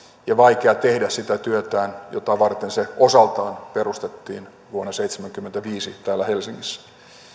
ja vaikea tehdä sitä työtään jota varten se osaltaan perustettiin vuonna seitsemänkymmentäviisi täällä helsingissä